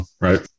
right